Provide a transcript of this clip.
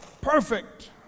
perfect